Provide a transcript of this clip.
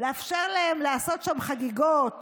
לאפשר להם לעשות שם חגיגות